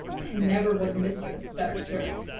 and never was mistress better served.